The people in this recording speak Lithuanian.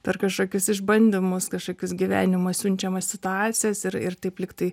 per kažkokius išbandymus kažkokius gyvenimo siunčiamas situacijas ir ir taip lygtai